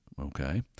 Okay